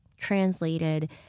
translated